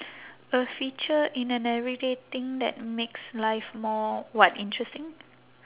a feature in an everyday thing that makes life more what interesting